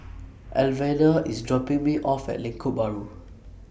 Alvena IS dropping Me off At Lengkok Bahru